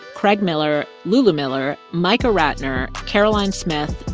craig miller, lulu miller, micah ratner, caroline smith,